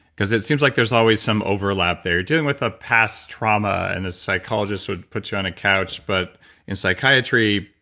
it seems like there's always some overlap there. dealing with a past trauma and a psychologist would put you on a couch, but in psychiatry,